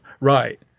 Right